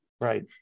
right